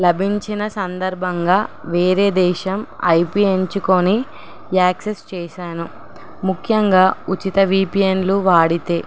లభించిన సందర్భంగా వేరే దేశం ఐపి ఎంచుకొని యాక్సెస్ చేసాను ముఖ్యంగా ఉచిత విపిఎన్లు వాడితే